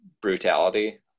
brutality